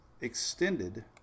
extended